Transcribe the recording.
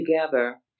together